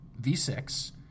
V6